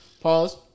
Pause